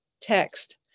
text